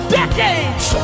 decades